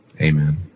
Amen